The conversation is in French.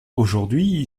aujourd’hui